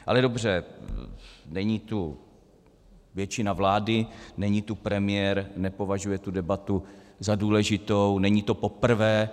Ale dobře, není tu většina vlády, není tu premiér, nepovažuje debatu za důležitou, není to poprvé.